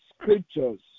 scriptures